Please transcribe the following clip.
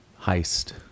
heist